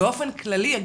באופן כללי,